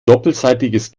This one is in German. doppelseitiges